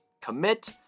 commit